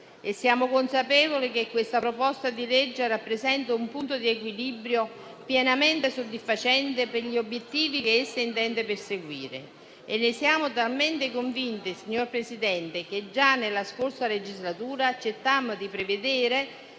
e siamo consapevoli che questa proposta di legge rappresenti un punto di equilibrio pienamente soddisfacente per gli obiettivi che intende perseguire. Ne siamo talmente convinti, signor Presidente, che già nella scorsa legislatura accettammo di prevedere